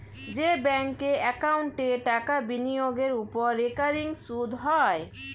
যে ব্যাঙ্ক একাউন্টে টাকা বিনিয়োগের ওপর রেকারিং সুদ হয়